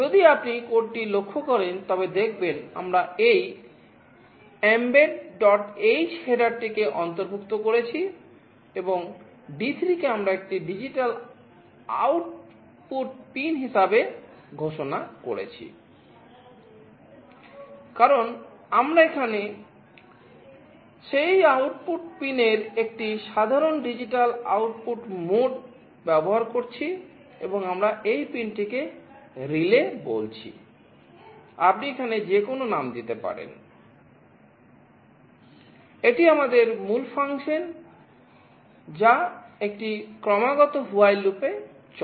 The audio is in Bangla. যদি আপনি কোডটি লক্ষ্য করেন তবে দেখবেন আমরা এই mbedh হেডার এ চলে